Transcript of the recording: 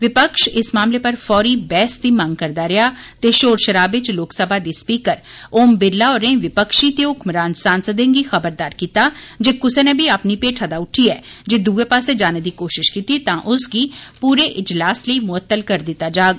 विपक्ष इस मामले पर फौरी बैहस दी मंग करदा रेया ते शोर शराबे च लोकसभा दे स्पीकर ओम बिरला होरें विपक्षी ते ह्कमरान सांसदें गी खबरदार कीता जे क्सै नै बी अपनी पेठा दा उट्ठियै जे दुए पास्सै जाने दी कोशिश कीती तां उनेंगी पूरे इजलास लेई मुअतल करी दिता जाग